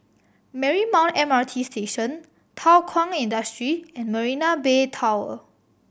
Marymount M R T Station Thow Kwang Industry and Marina Bay Tower